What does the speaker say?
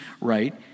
right